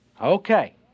Okay